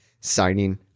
signing